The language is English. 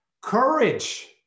Courage